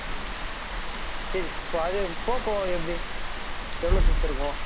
ம் சரி ஃபோ அது போக்கோ எப்படி எவ்வளோ பெருசு இருக்கும்